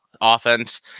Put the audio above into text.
offense